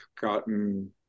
gotten